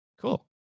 Cool